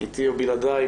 איתי או בלעדיי,